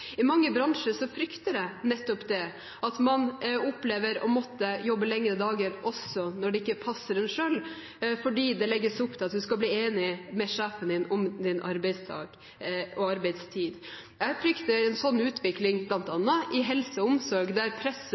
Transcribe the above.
For mange bransjer frykter jeg nettopp det, at man vil oppleve å måtte jobbe lengre dager, også når det ikke passer en selv, fordi det legges opp til at du skal bli enig med sjefen din om din arbeidsdag og arbeidstid. Jeg frykter en slik utvikling bl.a. innen helse og omsorg, der